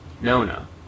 Nona